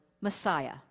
Messiah